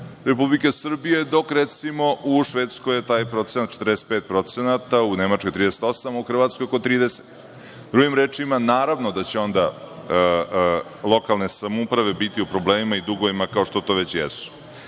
Republike Srbije, dok je, recimo, u Švedskoj taj procenat 45%, u Nemačkoj 38%, u Hrvatskoj oko 30%.Drugim rečima, naravno da će onda lokalne samouprave biti u problemima i dugovima, kao što to već